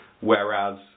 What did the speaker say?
Whereas